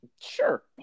Sure